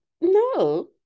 no